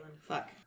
Fuck